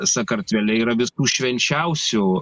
sakartvele yra visų švenčiausių